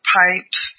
pipes